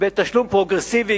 בתשלום פרוגרסיבי,